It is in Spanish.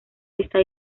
está